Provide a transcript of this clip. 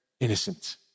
innocent